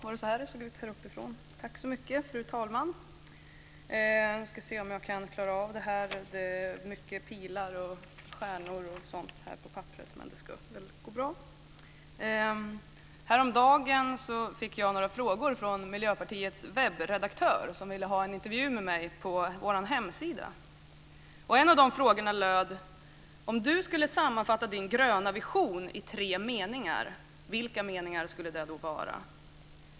Fru talman! Så det är så här kammaren ser ut uppifrån! Jag ska se om jag kan klara av det här. Det är mycket pilar och stjärnor och sådant här på papperet, men det ska väl gå bra. Häromdagen fick jag några frågor från Miljöpartiets webbredaktör. Han ville ha en intervju med mig på vår hemsida. En av frågorna löd: Om du skulle sammanfatta din gröna vision i tre meningar, vilka meningar skulle det då vara?